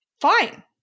Fine